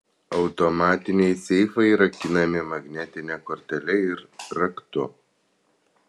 automatiniai seifai rakinami magnetine kortele ir raktu